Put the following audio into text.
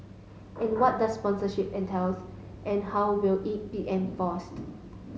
and what does sponsorship entails and how will it be enforced